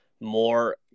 more